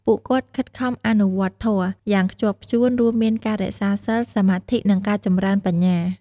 ពួកគាត់ខិតខំ អនុវត្តធម៌ យ៉ាងខ្ជាប់ខ្ជួន រួមមានការរក្សាសីល សមាធិ និងការចម្រើនបញ្ញា។